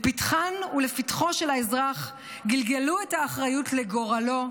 לפתחן ולפתחו של האזרח גלגלו את האחריות לגורלו,